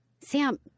Sam